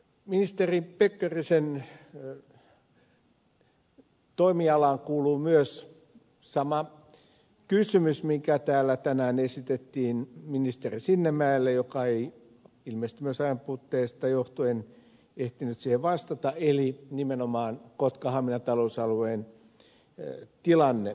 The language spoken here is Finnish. ministeri pekkarisen toimialaan kuuluu myös sama kysymys mikä täällä tänään esitettiin ministeri sinnemäelle joka ei ilmeisesti myös ajanpuutteesta johtuen ehtinyt siihen vastata eli nimenomaan kotkahamina talousalueen tilanne